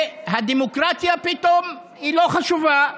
והדמוקרטיה פתאום לא חשובה,